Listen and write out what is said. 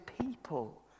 people